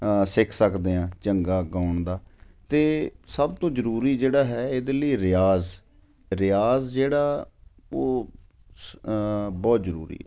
ਸਿਖ ਸਕਦੇ ਹਾਂ ਚੰਗਾ ਗਾਉਣ ਦਾ ਅਤੇ ਸਭ ਤੋਂ ਜ਼ਰੂਰੀ ਜਿਹੜਾ ਹੈ ਇਹਦੇ ਲਈ ਰਿਆਜ਼ ਰਿਆਜ਼ ਜਿਹੜਾ ਉਹ ਬਹੁਤ ਜ਼ਰੂਰੀ